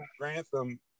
Grantham